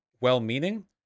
well-meaning